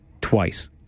twice